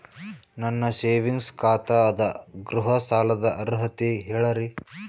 ನನ್ನ ಸೇವಿಂಗ್ಸ್ ಖಾತಾ ಅದ, ಗೃಹ ಸಾಲದ ಅರ್ಹತಿ ಹೇಳರಿ?